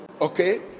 okay